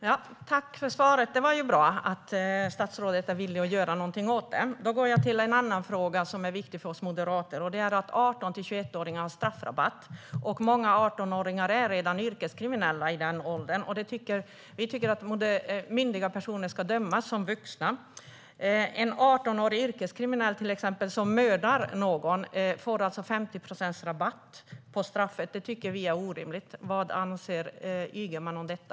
Herr talman! Tack för svaret. Det är bra att statsrådet är villig att göra någonting åt det. Då övergår jag till en annan fråga som är viktig för oss moderater, och det är att 18-21-åringar har straffrabatt. Många 18-åringar är redan yrkeskriminella. Vi tycker att myndiga personer ska dömas som vuxna. Till exempel en 18-årig yrkeskriminell som mördar någon får alltså 50 procents rabatt på straffet. Det tycker vi är orimligt. Vad anser Ygeman om detta?